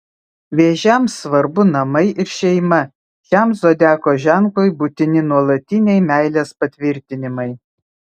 vėžiams svarbu namai ir šeima šiam zodiako ženklui būtini nuolatiniai meilės patvirtinimai